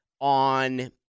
on